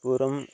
पूर्वं